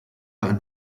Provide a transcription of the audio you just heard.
einen